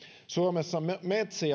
suomessa metsiä